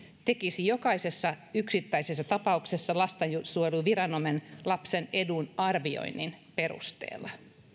tekisi jokaisessa yksittäisessä tapauksessa lastensuojeluviranomainen lapsen edun arvioinnin perusteella